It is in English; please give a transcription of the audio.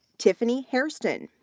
tiffany harston.